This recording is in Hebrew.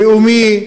לאומי,